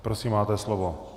Prosím, máte slovo.